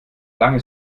lange